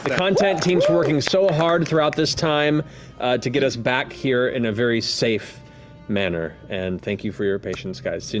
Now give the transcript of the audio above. content team's working so hard throughout this time to get us back here in a very safe manner. and thank you for your patience, guys,